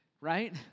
Right